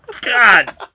God